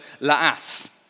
la'as